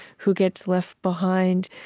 who gets left behind?